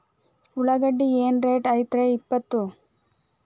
ಉಳ್ಳಾಗಡ್ಡಿ ಏನ್ ರೇಟ್ ಐತ್ರೇ ಇಪ್ಪತ್ತು?